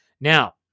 Now